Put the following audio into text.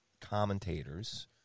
commentators